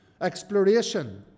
exploration